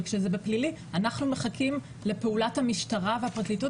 אבל כשזה בפלילי אנחנו מחכים לפעולת המשטרה והפרקליטות,